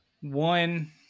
One